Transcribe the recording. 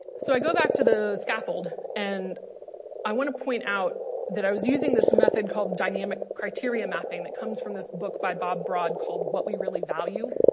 so i go back to the scaffold and i want to point out that i was using this method called dynamic criteria mapping that comes from this book by bob broad called what we really value